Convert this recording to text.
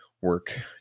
work